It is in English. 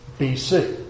BC